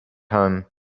home